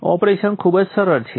operation ખૂબ જ સરળ છે